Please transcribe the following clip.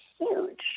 huge